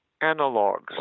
analogues